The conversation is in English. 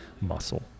muscle